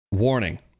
WARNING